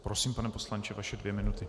Prosím, pane poslanče, vaše dvě minuty.